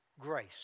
grace